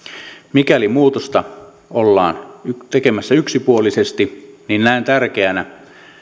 mikäli muutosta ollaan nyt tekemässä yksipuolisesti niin näen tärkeänä